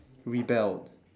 rebelled